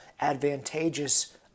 advantageous